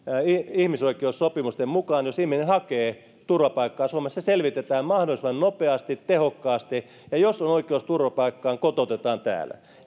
ihmisoikeussopimusten mukaan jos ihminen hakee turvapaikkaa suomessa se selvitään mahdollisimman nopeasti tehokkaasti ja jos on oikeus turvapaikkaan kotoutetaan täällä